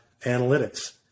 analytics